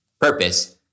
purpose